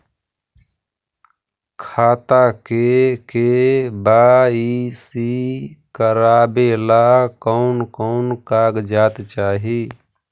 खाता के के.वाई.सी करावेला कौन कौन कागजात चाही?